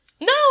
No